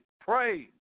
pray